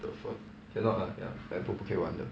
the fuck cannot lah ya MacBook 不可以玩的